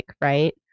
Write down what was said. right